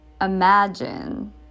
imagine